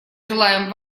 желаем